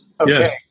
Okay